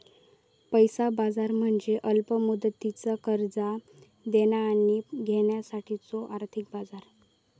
पैसा बाजार म्हणजे अल्प मुदतीची कर्जा देणा आणि घेण्यासाठीचो आर्थिक बाजार